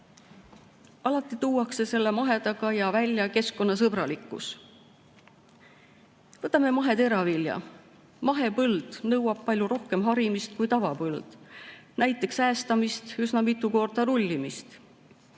Alati tuuakse selle mahe[tootmisega] seoses välja keskkonnasõbralikkus. Võtame maheteravilja. Mahepõld nõuab palju rohkem harimist kui tavapõld, näiteks äestamist ja üsna mitu korda rullimist.